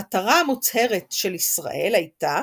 המטרה המוצהרת של ישראל הייתה